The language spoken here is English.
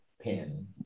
pin